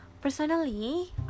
personally